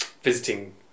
visiting